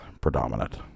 predominant